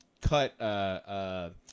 cut